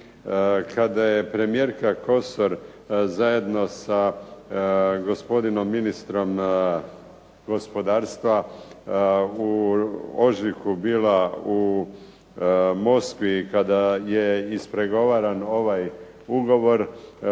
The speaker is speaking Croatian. Kada je premijerka Kosor zajedno sa gospodinom ministrom gospodarstva u ožujku bila u Moskvi i kada je ispregovaran ovaj ugovor